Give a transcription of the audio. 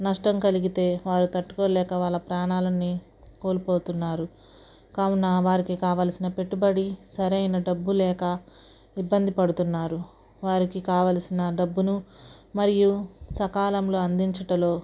నష్టం కలిగితే వారు తట్టుకోలేక వాళ్ళ ప్రాణాలని కోల్పోతున్నారు కావునా వారికి కావాలసిన పెట్టుబడి సరైన డబ్బు లేక ఇబ్బంది పడుతున్నారు వారికి కావలసిన డబ్బును మరియు సకాలంలో అందించుటలో